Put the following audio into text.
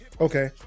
Okay